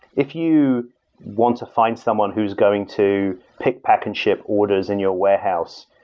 if you want to find someone who's going to pick, pack and ship orders in your warehouse,